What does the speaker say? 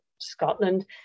Scotland